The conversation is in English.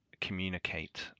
communicate